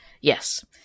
Yes